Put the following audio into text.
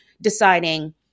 deciding